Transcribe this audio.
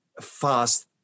Fast